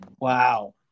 Wow